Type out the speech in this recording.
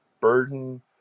burden